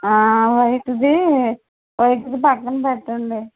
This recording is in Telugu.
వైట్ది వైట్ది పక్కన పెట్టండి